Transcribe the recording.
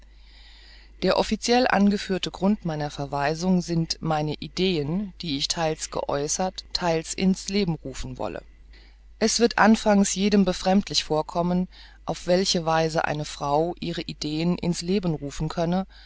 der officiell angeführte grund meiner verweisung sind meine ideen die ich theils geäußert theils ins leben rufen wolle es wird anfangs jedem befremdlich vorkommen auf welche weise eine frau ihre ideen ins leben rufen könne